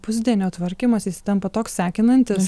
pusdienio tvarkymas jis tampa toks sekinantis